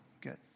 good